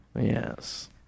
Yes